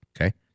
Okay